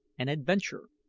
and adventure.